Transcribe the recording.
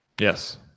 Yes